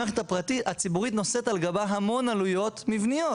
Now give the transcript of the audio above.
המערכת הציבורית נושאת על גבה המון עלויות מבניות,